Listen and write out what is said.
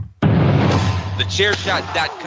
Thechairshot.com